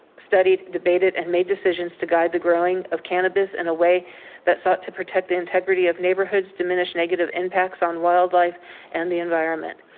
studied debated and major decisions to guide the growing of cannabis in a way that sought to protect the integrity of neighborhoods, diminish negative impacts on wildlife and the environment.